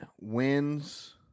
wins